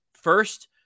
First